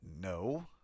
No